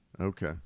Okay